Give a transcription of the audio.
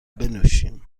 بنوشیم